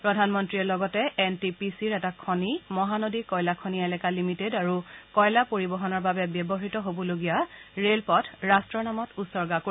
প্ৰধানমন্ত্ৰীয়ে লগতে N T P চিৰ এটা খনি মহানদী কয়লাখনি এলেকা লিমিটেড আৰু কয়লা পৰিবহণৰ বাবে ব্যৱহৃত হবলগীয়া ৰেলপথ ৰট্টৰ নামত উছৰ্গা কৰিব